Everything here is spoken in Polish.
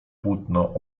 płótno